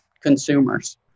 consumers